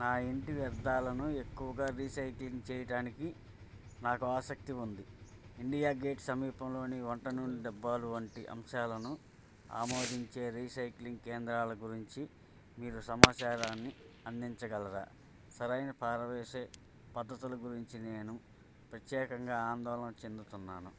నా ఇంటి వ్యర్థాలను ఎక్కువగా రీసైక్లింగ్ చెయ్యడానికి నాకు ఆసక్తి ఉంది ఇండియా గేట్ సమీపంలోని వంట నూనె డబ్బాలు వంటి అంశాలను ఆమోదించే రీసైక్లింగ్ కేంద్రాల గురించి మీరు సమాచారాన్ని అందించగలరా సరైన పారవేసే పద్ధతుల గురించి నేను ప్రత్యేకంగా ఆందోళన చెందుతున్నాను